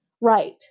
right